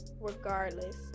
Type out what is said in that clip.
regardless